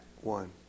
one